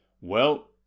Well